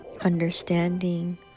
understanding